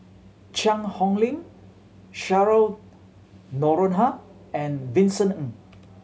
Cheang Hong Lim Cheryl Noronha and Vincent Ng